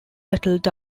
settled